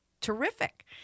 terrific